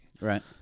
Right